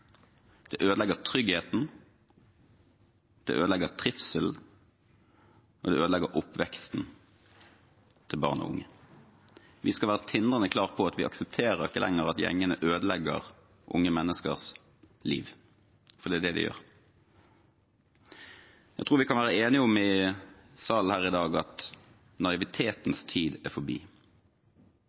ødelegger tryggheten, den ødelegger trivselen, og den ødelegger oppveksten til barn og unge. Vi skal være tindrende klar på at vi aksepterer ikke lenger at gjengene ødelegger unge menneskers liv, for det er det de gjør. Jeg tror vi kan være enige om i salen her i dag at naivitetens tid er forbi.